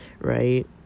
right